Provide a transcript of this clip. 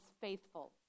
faithful